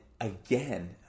again